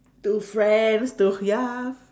to friends to ya